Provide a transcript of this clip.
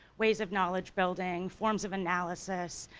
ways of knowledge building, forms of analysis,